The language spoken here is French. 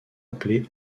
appelé